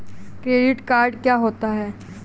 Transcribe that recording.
Credit card क्या होता है?